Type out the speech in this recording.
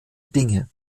dinge